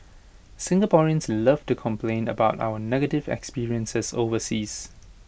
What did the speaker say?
Singaporeans love to complain about our negative experiences overseas